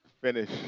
finish